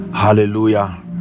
hallelujah